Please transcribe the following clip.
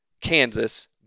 Kansas